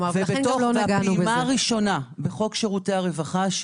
בפעימה הראשונה בחוק שירותי הרווחה,